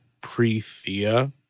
pre-Thea